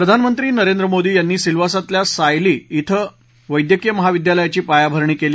प्रधानमंत्री नरेंद्र मोदी यांनी सिलवासातल्या सायली इथं वैद्यकीय महाविद्यालयाची पायाभरणी केली